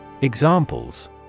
Examples